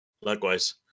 Likewise